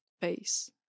pace